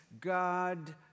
God